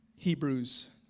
Hebrews